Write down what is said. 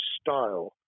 style